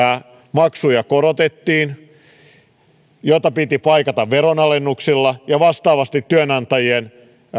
maksuja korotettiin mitä piti paikata veron alennuksilla ja vastaavasti työnantajien